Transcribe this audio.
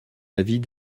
avis